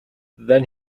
then